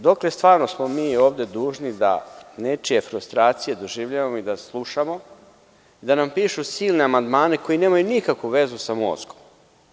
Dokle stvarno smo mi dužni da nečije frustracije doživljavamo i da slušamo, da nam pišu silne amandmane koje nemaju nikakvu vezu sa mozgom?